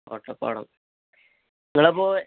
Vattappadam നിങ്ങളപ്പോള്